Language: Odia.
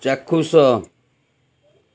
ଚାକ୍ଷୁସ